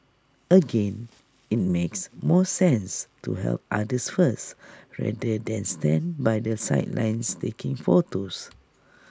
again IT makes more sense to help others first rather than stand by the sidelines taking photos